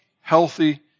healthy